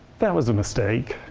that was a mistake.